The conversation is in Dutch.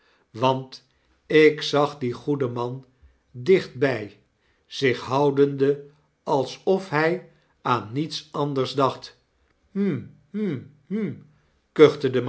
want ik zag dien goeden man dichtby zich houdende alsof hy aan niets anders dacht km hm hm